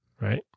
right